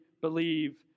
believe